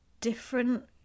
different